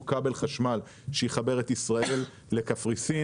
כבל חשמל שיחבר את ישראל לקפריסין,